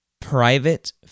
private